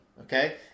okay